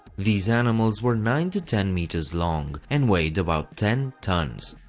these animals were nine to ten meters long and weighed about ten tons.